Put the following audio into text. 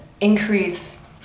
increase